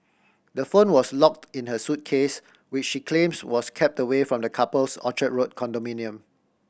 the phone was locked in her suitcase which she claims was kept away from the couple's Orchard Road condominium